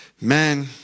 man